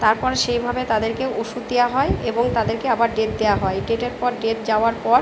তারপর সেইভাবে তাদেরকে ওষুদ দেওয়া হয় এবং তাদেরকে আবার ডেট দেওয়া হয় ডেটের পর ডেট যাওয়ার পর